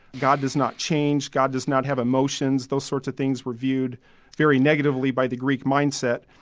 god does not change, god does not have emotions, those sorts of things were viewed very negatively by the greek mindset,